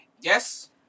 Yes